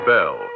Bell